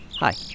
Hi